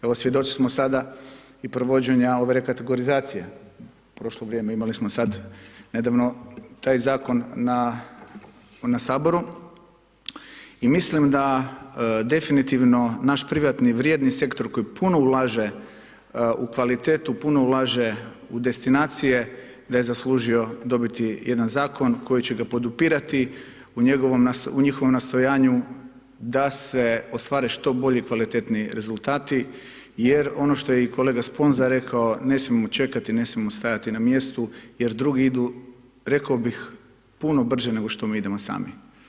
Evo, svjedoci smo sada i provođenja ove rekategorizacije, prošlo vrijeme, imali smo sad nedavno taj zakon na Saboru i mislim da definitivno naš privatni vrijedni sektor koji puno ulaže u kvalitetu, koji puno ulaže u destinacije da je zaslužio dobiti jedan zakon koji će ga podupirati u njihovom nastojanju da se ostvare što bolji i kvalitetniji rezultati jer ono što je i kolega Sponza rekao, ne smijemo čekati, ne smijemo stajati na mjestu jer drugi idu, rekao bih puno brže nego što mi idemo sami.